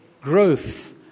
growth